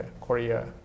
Korea